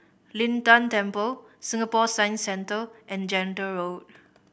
Lin Tan Temple Singapore Science Centre and Gentle Road